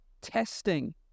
testing